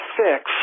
fix